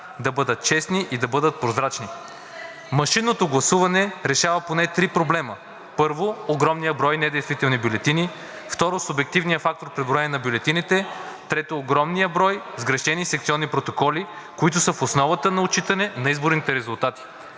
да бъдат честни и да бъдат прозрачни. Машинното гласуване решава поне три проблема. Първо, огромния брой недействителни бюлетини. Второ, субективния фактор при броене на бюлетините. Трето, огромния брой сгрешени секционни протоколи, които са в основата на отчитане на изборните резултати.